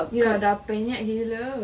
dah penyek gila